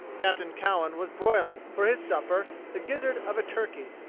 captain cowen was broiling, for his supper, the gizzard of a turkey.